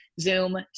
zoom